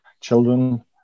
children